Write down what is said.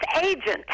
agent